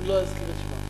אני לא אזכיר את שמותיהם,